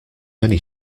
many